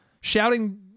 shouting